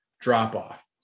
drop-off